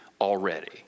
already